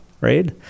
right